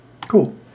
Cool